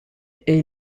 est